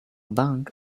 bank